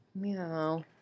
Meow